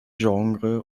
genre